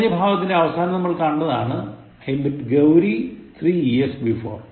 കഴിഞ്ഞ ഭാഗത്തിന്റെ അവസാനം നമ്മൾ കണ്ടതാണ് I met Gauri three years before